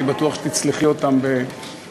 אני בטוח שתצלחי אותם בקשיחות.